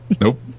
Nope